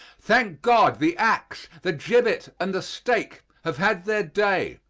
thank god, the ax, the gibbet, and the stake have had their day.